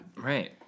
Right